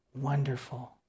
wonderful